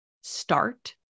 start